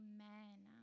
Amen